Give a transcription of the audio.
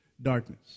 darkness